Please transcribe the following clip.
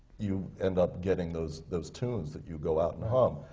you end up getting those those tunes that you go out and hum.